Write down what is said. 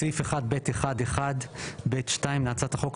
בסעיף 1(ב1)(1)(ב)(2) להצעת החוק,